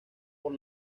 por